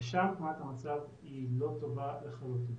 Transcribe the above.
ושם תמונת המצב היא לא טובה לחלוטין.